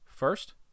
First